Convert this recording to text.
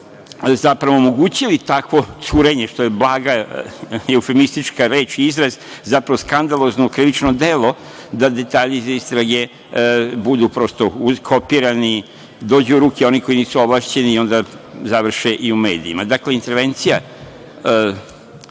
zapravo omogućili takvo curenje, što je blaga reč, zapravo skandalozno krivično delo da detalji iz istrage budu prosto kopirani, dođu u ruke onih koji nisu ovlašćeni i onda završe i u medijima. Dakle, intervencija